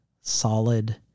solid